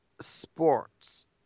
sports